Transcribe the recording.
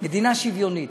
מדינה שוויונית.